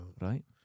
Right